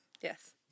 yes